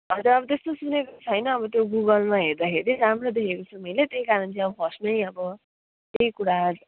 हजुर अब त्यस्तो सुनेको छैन अब त्यो गुगलमा हेर्दाखेरि राम्रो देखेको छु मैले त्यही कारण चाहिँ अब फर्स्टमै अब त्यही कुरा